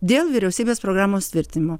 dėl vyriausybės programos trvitinimo